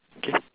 okay